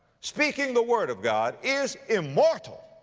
speaking the word of god is immortal